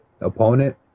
opponent